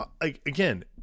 Again